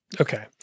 Okay